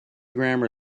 grammar